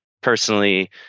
personally